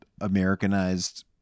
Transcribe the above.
Americanized